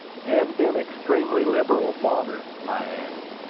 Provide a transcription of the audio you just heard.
and been extremely liberal, father, i added.